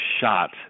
shot